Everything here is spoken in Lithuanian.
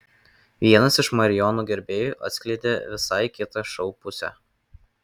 vienas iš marijono gerbėjų atskleidė visai kitą šou pusę